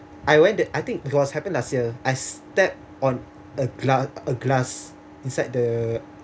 I went the I think was happened last year I step on a gla~ a glass inside the